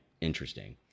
interesting